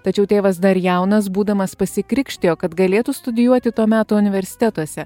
tačiau tėvas dar jaunas būdamas pasikrikštijo kad galėtų studijuoti to meto universitetuose